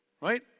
Right